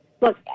Look